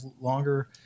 longer